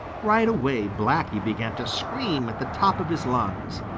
right away blacky began to scream at the top of his lungs.